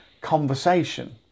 conversation